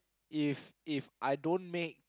if If I don't make